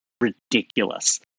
ridiculous